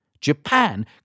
Japan